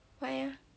why ah